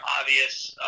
obvious